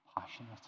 passionate